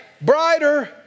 Brighter